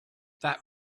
that